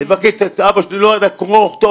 אבא שלי לא ידע קרוא וכתוב,